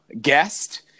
Guest